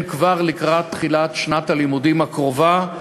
כבר לקראת תחילת שנת הלימודים הקרובה.